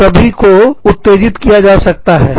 हम सभी को उत्तेजित किया जा सकता है